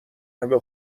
همه